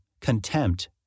contempt